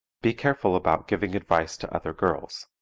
be careful about giving advice to other girls.